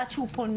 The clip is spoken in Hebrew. עד שהוא פונה,